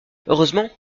heureusement